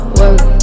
work